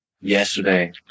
Yesterday